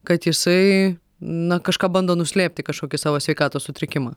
kad jisai na kažką bando nuslėpti kažkokį savo sveikatos sutrikimą